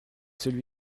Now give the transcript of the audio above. celui